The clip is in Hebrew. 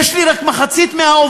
יש לי רק מחצית מהעובדים.